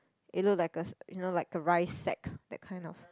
it looked like a you know like a rice sack that kind of